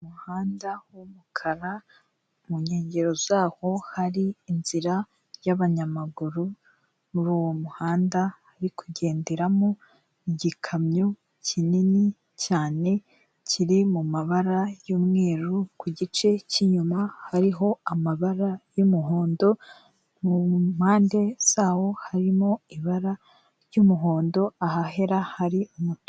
Umuhanda w'umukara, mu nkengero zaho hari inzira y'abanyamaguru, muri uwo muhanda hari kugenderamo igikamyo kinini cyane, kiri mu mabara y'umweru, ku gice cy'inyuma hariho amabara y'umuhondo, mu mpande zawo harimo ibara ry'umuhondo, ahahera hari umutuku.